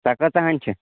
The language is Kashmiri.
سۄ کۭژاہَن چھِ